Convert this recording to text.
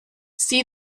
see